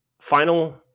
Final